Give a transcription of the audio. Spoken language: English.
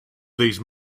these